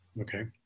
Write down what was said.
Okay